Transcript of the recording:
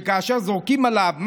שכאשר זורקים עליו משהו,